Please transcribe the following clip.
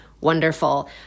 wonderful